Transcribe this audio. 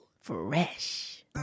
Fresh